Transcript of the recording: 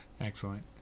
Excellent